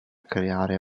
creare